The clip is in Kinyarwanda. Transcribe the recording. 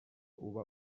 uba